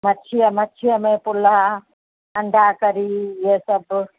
मच्छीअ मच्छीअ में पुलां अंडाकरी हीअ सभु